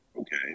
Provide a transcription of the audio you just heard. Okay